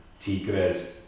Tigres